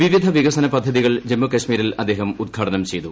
വിവിധ വികസന പദ്ധതികൾ ജമ്മുകശ്മീരിൽ അദ്ദേഹം ഉദ്ഘാടനം ചെയ്തു